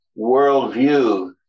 worldview